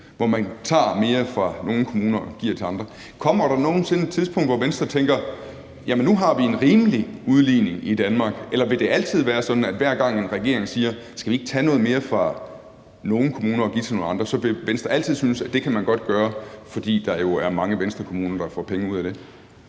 hvor man tager mere fra nogle kommuner og giver til andre. Kommer der nogen sinde et tidspunkt, hvor Venstre tænker, at nu har vi en rimelig udligning i Danmark? Eller vil det være sådan, at hver gang en regering siger, om ikke den skal tage noget mere fra nogle kommuner og give til nogle andre, så vil Venstres altid synes, at det kan man godt gøre, fordi der jo er mange Venstrekommuner, der får penge ud af det?